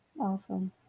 Awesome